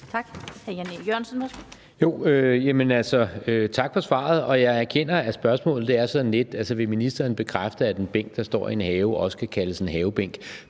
Jan E. Jørgensen (V): Tak for svaret. Jeg erkender, at spørgsmålet er lidt i stil med: Vil ministeren bekræfte, at en bænk, der står i en have, også kan kaldes en havebænk?